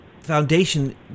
Foundation